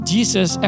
Jesus